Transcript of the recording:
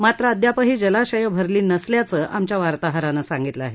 मात्र अद्यापही जलाशयं भरली नसल्याचं आमच्या वार्ताहरानं सांगितलं आहे